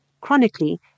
Chronically